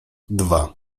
dwa